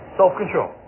self-control